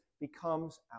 becomes